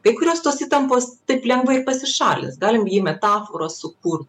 kai kurios tos įtampos taip lengvai pasišalins galim jai metaforą sukurt